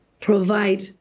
provide